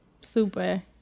Super